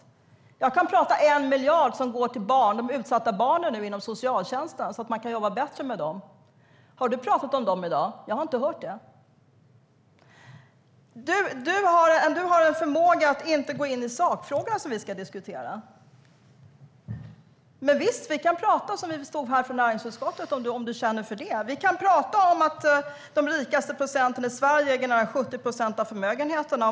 Då kan jag prata om 1 miljard som går till de utsatta barnen i socialtjänsten, så att man kan jobba bättre med dem. Har du pratat om dem i dag? Jag har inte hört det. Du har en förmåga att inte gå in på sakfrågan som vi ska diskutera. Visst kan vi prata som om vi stod här från näringsutskottet, om du känner för det. Vi kan prata om att de rikaste procenten i Sverige äger nära 70 procent av förmögenheterna.